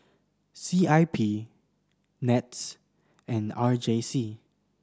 C I P NETS and R J C